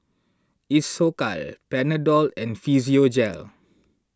Isocal Panadol and Physiogel